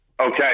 okay